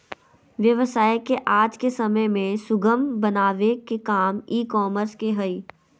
व्यवसाय के आज के समय में सुगम बनावे के काम ई कॉमर्स के हय